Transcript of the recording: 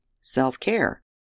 Self-care